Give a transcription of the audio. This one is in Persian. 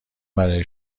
برای